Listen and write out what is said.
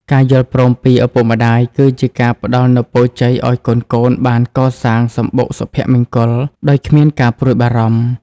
ការយល់ព្រមពីឪពុកម្ដាយគឺជាការផ្ដល់នូវពរជ័យឱ្យកូនៗបានកសាងសំបុកសុភមង្គលដោយគ្មានការព្រួយបារម្ភ។